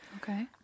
okay